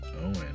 Owen